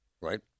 Right